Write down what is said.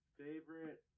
favorite